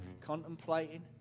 contemplating